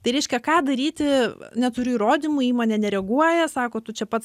tai reiškia ką daryti neturiu įrodymų įmonė nereaguoja sako tu čia pats